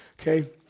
Okay